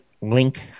link